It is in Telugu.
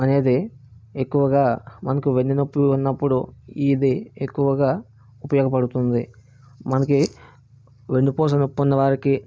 అనేది ఎక్కువగా మనకు వెన్ను నొప్పిలు ఉన్నప్పుడు ఇది ఎక్కువగా ఉపయోగపడుతుంది మనకి వెన్నుపూస నొప్పి ఉన్నవారికి